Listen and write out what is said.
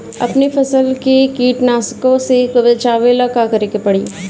अपने फसल के कीटनाशको से बचावेला का करे परी?